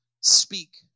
speak